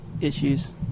issues